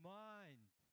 mind